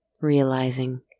realizing